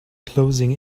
closing